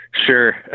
Sure